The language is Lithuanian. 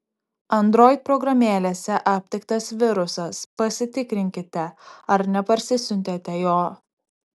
android programėlėse aptiktas virusas pasitikrinkite ar neparsisiuntėte jo